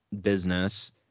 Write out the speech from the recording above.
business—